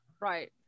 Right